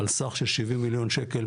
על סך של 70 מיליון שקל,